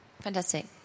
Fantastic